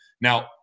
Now